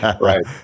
Right